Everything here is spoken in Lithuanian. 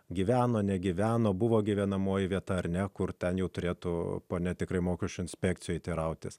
gyveno negyveno buvo gyvenamoji vieta ar ne kur ten jau turėtų ponia tikrai mokesčių inspekcijoje teirautis